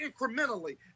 incrementally